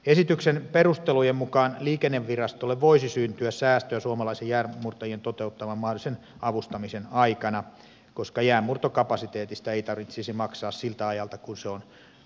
esityksen perustelujen mukaan liikennevirastolle voisi syntyä säästöä suomalaisten jäänmurtajien toteuttaman mahdollisen avustamisen aikana koska jäänmurtokapasiteetista ei tarvitsisi maksaa siltä ajalta kun se on venäjän käytössä